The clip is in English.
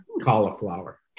cauliflower